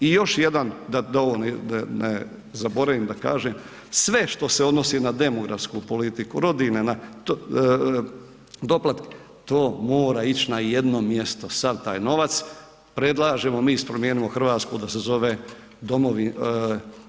I još jedan, da ovo ne zaboravim, da kažem, sve što se odnosi na demografsku politiku, rodiljne naknade, doplatke, to mora ići na jedno mjesto sav tak novac, predlažemo mi iz Promijenimo Hrvatsku, da se zove